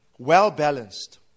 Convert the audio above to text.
Well-balanced